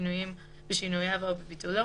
בשינויו או בביטולו,